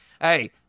hey